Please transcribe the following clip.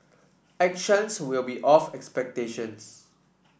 actions will be of expectations